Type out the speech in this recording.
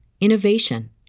innovation